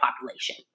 population